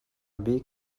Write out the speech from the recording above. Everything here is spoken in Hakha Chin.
bik